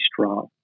strong